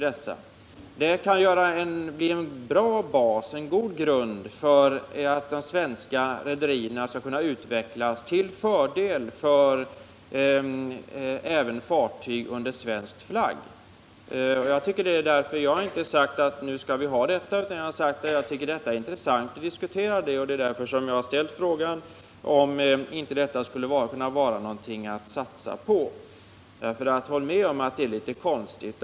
Det här kan bli en god grund för att de svenska rederierna skall kunna utvecklas till fördel även för fartyg under svensk flagg. Jag har inte sagt att vi skall ha det på detta sätt. Jag har sagt att jag tycker att det är intressant att diskutera det. Det är därför jag ställt frågan om inte detta skulle kunna vara någonting att satsa på. Håll med om att det är litet konstigt.